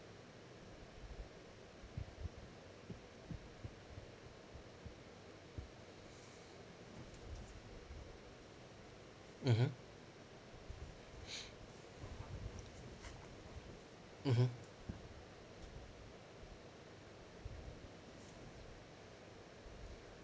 mmhmm mmhmm